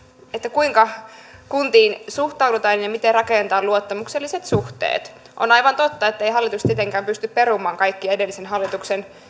kuinka kuntiin suhtaudutaan ja miten rakennetaan luottamukselliset suhteet on aivan totta ettei hallitus tietenkään pysty perumaan kaikkia edellisen hallituksen